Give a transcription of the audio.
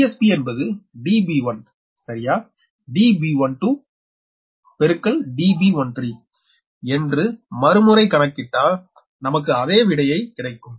DSB என்பது db1சரியா db12 db13 என்று மறுமுறை கணக்கிட்டால் நமக்கு அதே விடையே கிடைக்கும்